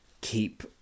keep